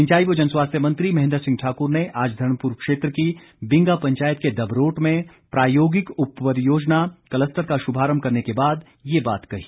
सिंचाई व जनस्वास्थ्य मंत्री महेन्द्र सिंह ठाकुर ने आज धर्मपुर क्षेत्र की बिंगा पंचायत के दबरोट में प्रायोगिक उप परियोजना क्लस्टर का शुभारंभ करने के बाद ये बात कही